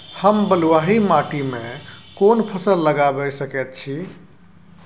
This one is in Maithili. हम बलुआही माटी में कोन फसल लगाबै सकेत छी?